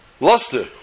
luster